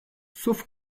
sauf